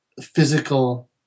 physical